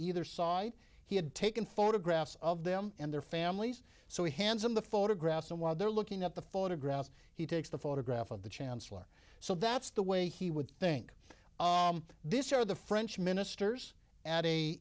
either side he had taken photographs of them and their families so he hands on the photographs and while they're looking at the photographs he takes the photos half of the chancellor so that's the way he would think this are the french ministers a